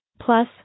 Plus